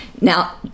Now